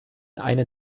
eine